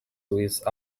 with